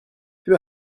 peu